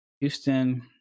Houston